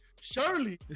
Shirley